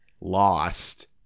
lost